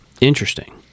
Interesting